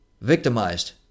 victimized